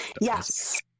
yes